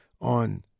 on